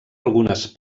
algunes